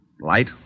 Light